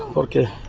okay